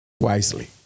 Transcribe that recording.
wisely